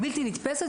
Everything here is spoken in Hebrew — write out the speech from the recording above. בלתי נתפסת.